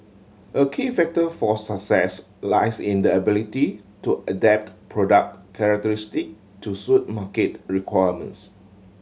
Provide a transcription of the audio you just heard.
a key factor for success lies in the ability to adapt product characteristic to suit market requirements